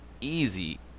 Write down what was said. easy